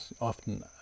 often